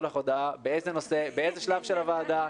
לך הודעה באיזה נושא באיזה שלב של הוועדה,